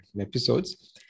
episodes